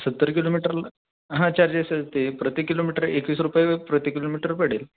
सत्तर किलोमीटरला हां चार्जेस आहे ते प्रति किलोमीटर एकवीस रुपये प्रति किलोमीटर पडेल